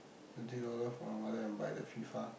thirty dollar from my mother and buy the FIFA